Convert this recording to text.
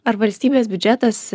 ar valstybės biudžetas